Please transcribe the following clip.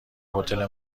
هتل